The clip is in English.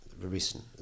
recent